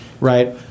Right